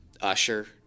Usher